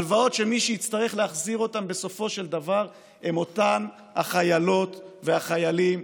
הלוואות שמי שיצטרך להחזיר אותן בסופו של דבר הם אותם חיילות וחיילים,